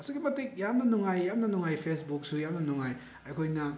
ꯑꯁꯨꯛꯀꯤ ꯃꯇꯤꯛ ꯌꯥꯝꯅ ꯅꯨꯡꯉꯥꯏ ꯌꯥꯝꯅ ꯅꯨꯡꯉꯥꯏ ꯐꯦꯁꯕꯨꯛꯁꯨ ꯌꯥꯝꯅ ꯅꯨꯡꯉꯥꯏ ꯑꯩꯈꯣꯏꯅ